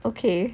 okay